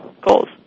goals